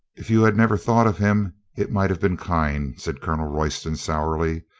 if you had never thought of him, it might have been kind, said colonel royston sourly.